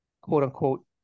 quote-unquote